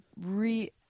re